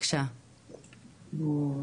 למה?